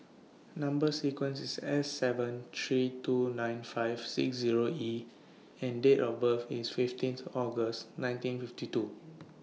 Number sequence IS S seven three two nine five six Zero E and Date of birth IS fifteenth August nineteen fifty two